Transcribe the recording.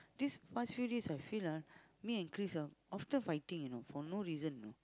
this past few days I feel ah me and Chris ah often fighting know for no reason know